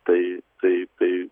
tai tai tai